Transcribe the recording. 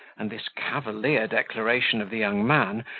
and this cavalier declaration of the young man,